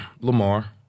Lamar